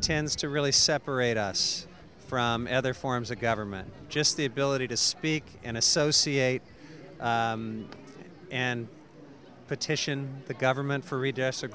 tends to really separate us from other forms of government just the ability to speak and associate and petition the government for redress o